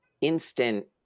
instant